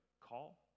call